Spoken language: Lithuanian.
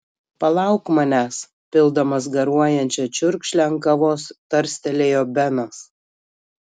palauk manęs pildamas garuojančią čiurkšlę ant kavos tarstelėjo benas